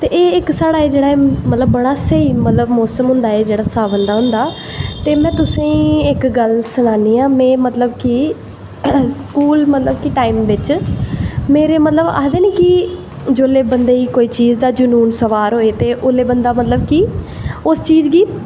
ते एह् इक साढ़ा जेह्ड़ा बड़ा स्हेई मौसम होंदा एह् जेह्ड़ा सावन दा होंदा हून में तुसेंगी इक गल्ल सनानी आं में मतलव कि स्कूल मतलव कि टाईम बिच्च मेरे मतलव आखदे नी जिसले बंदे गी कुसे चीज दा जनून सवार होए ते उसले बंदा मतलव उस चीज गी